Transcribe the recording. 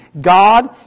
God